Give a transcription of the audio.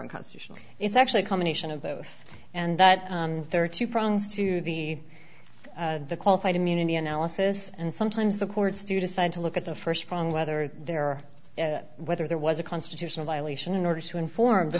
unconstitutional it's actually a combination of both and that there are two prongs to the qualified immunity analysis and sometimes the courts to decide to look at the st prong whether there whether there was a constitutional violation in order to inform the